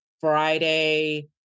Friday